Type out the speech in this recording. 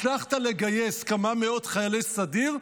הצלחת לגייס כמה מאות חיילי סדיר,